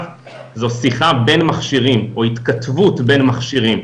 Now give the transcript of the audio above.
זו שיחה בין מכשירים או התכתבות בין מכשירים.